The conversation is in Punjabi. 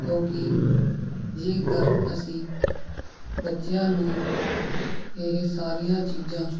ਕਿਉਂਕਿ ਜੇਕਰ ਅਸੀਂ ਬੱਚਿਆਂ ਨੂੰ ਇਹ ਸਾਰੀਆਂ ਚੀਜ਼ਾਂ